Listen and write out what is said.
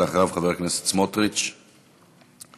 אחריו, חבר הכנסת סמוטריץ, ואחריו,